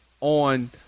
on